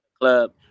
club